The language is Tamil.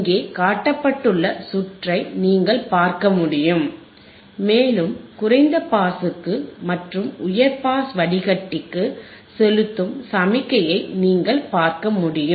இங்கே காட்டப்பட்டுள்ள சுற்றை நீங்கள் பார்க்க முடியும் மேலும் குறைந்த பாஸுக்கு மற்றும் உயர் பாஸ் வடிகட்டிக்கு செலுத்தும் சமிஞையை நீங்கள் பார்க்க முடியும்